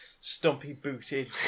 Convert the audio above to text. stumpy-booted